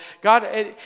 God